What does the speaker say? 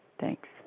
Thanks